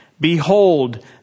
behold